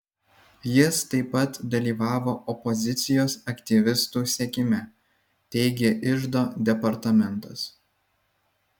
jis taip pat dalyvavo opozicijos aktyvistų sekime teigė iždo departamentas